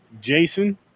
Jason